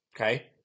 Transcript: okay